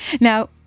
Now